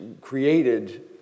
created